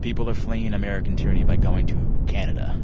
people are fleeing american tyranny by going to canada.